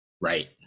right